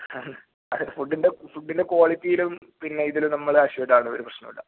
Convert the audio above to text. ആ അതെ ഫുഡിൻ്റെ ഫുഡിൻ്റെ ക്വാളിറ്റിയിലും പിന്നെ ഇതിലും നമ്മൾ അഷുവേർഡ് ആണ് ഒരു പ്രശ്നവുമില്ല